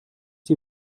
die